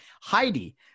Heidi